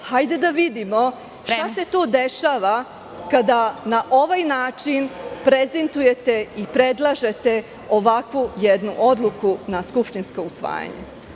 Hajde da vidimo šta se to dešava kada na ovaj način prezentujete i predlažete jednu ovakvu odluku na skupštinsko usvajanje.